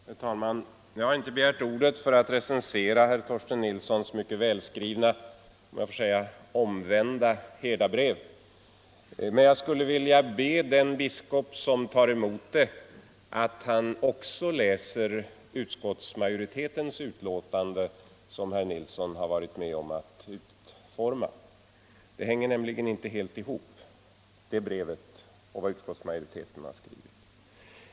Herr talman! Jag har inte begärt ordet för att recensera herr Torsten Nilssons i Stockholm mycket välskrivna omvända herdabrev, om jag så får säga, men jag skulle vilja be den biskop som tar emot det att han också läser utskottsmajoritetens betänkande, som herr Nilsson har varit med om att utforma. Brevet och det utskottsmajoriteten skriver hänger nämligen inte helt ihop.